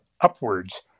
upwards